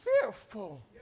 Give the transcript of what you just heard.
fearful